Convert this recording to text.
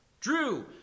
Drew